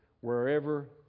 wherever